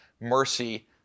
mercy